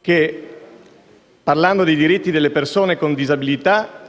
che, parlando dei diritti delle persone con disabilità,